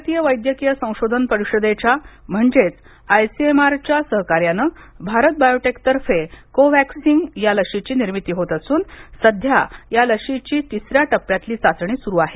भारतीय वैद्यकीय संशोधन परिषदेच्या म्हणजेच आयसीएमआरच्या सहकार्यानं भारत बायोटेकतर्फे कोव्हॅक्सीन या लशीची निर्मिती होत असून सध्या या लशीची तिसऱ्या टप्प्यातील चाचणी सुरू आहे